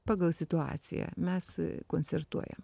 pagal situaciją mes koncertuojam